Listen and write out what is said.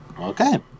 Okay